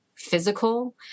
physical